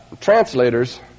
translators